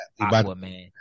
Aquaman